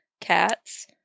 cats